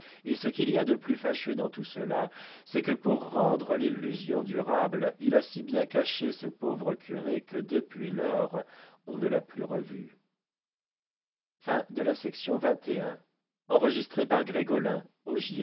et ce qu'il y a de plus fâcheux dans tout cela c'est que pour rendre l'illusion durable il a si bien caché ce pauvre curé que depuis lors on ne l'a plus revu